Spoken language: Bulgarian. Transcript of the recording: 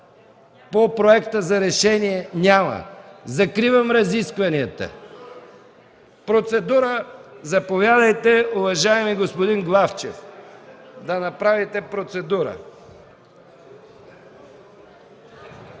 по проекта за решение? Няма. Закривам разискванията. Процедура – заповядайте, уважаеми господин Главчев, да направите процедура.